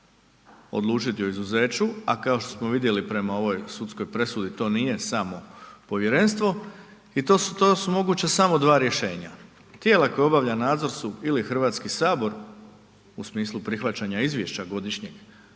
odlučiti o izuzeću a kao što smo vidjeli prema ovoj sudskoj presudi, to nije samo povjerenstvo i to su moguća samo dva rješenja. Tijela koja obavljaju nadzor su ili Hrvatski sabor u smislu prihvaćanja izvješća godišnjeg